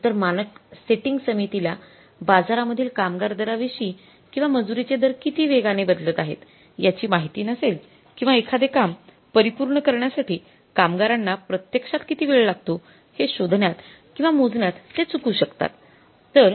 एकतर मानक सेटिंग समितीला बाजारामधील कामगार दराविषयी किंवा मजुरीचे दर किती वेगाने बदलत आहेत याची माहिती नसेल किंवा एखादे काम परिपूर्ण करण्यासाठी कामगारांना प्रत्यक्षात किती वेळ लागतो हे शोधण्यात किंवा मोजण्यात ते चुकू शकतात